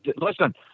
Listen